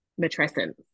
matrescence